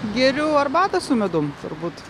geriu arbatą su medum turbūt